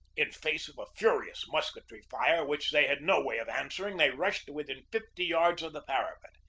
in face of a furious musketry fire which they had no way of answering they rushed to within fifty yards of the parapet.